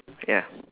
ya